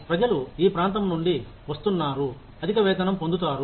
ప్రజలు ఈ ప్రాంతం నుండి వస్తున్నారు అధిక వేతనం పొందుతారు